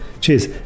Cheers